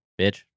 bitch